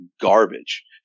garbage